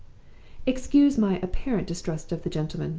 excuse my apparent distrust of the gentleman.